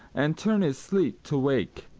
and turn his sleep to wake.